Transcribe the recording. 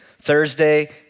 Thursday